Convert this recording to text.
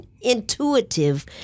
intuitive